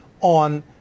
on